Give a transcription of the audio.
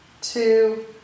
two